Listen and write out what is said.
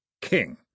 king